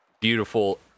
beautiful